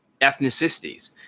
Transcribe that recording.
ethnicities